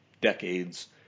decades